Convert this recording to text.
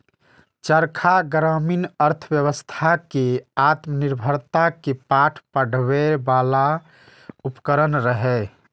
चरखा ग्रामीण अर्थव्यवस्था कें आत्मनिर्भरता के पाठ पढ़बै बला उपकरण रहै